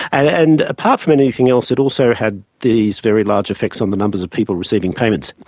and apart from anything else it also had these very large effects on the numbers of people receiving payments.